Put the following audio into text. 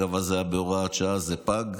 אז זה היה בהוראת שעה, זה פג.